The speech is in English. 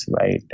right